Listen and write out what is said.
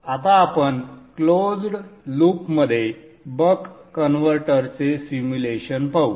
आता आपण closed loop मध्ये बक कन्व्हर्टरचे सिम्युलेशन पाहू